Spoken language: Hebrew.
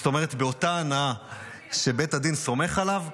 זאת אומרת באותה הנאה שבית הדין סומך עליו,